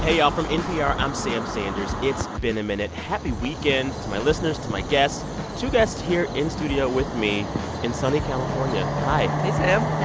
y'all. from npr, i'm sam sanders. it's been a minute. happy weekend to my listeners, to my guests two guests here in studio with me in sunny california. hi hey, sam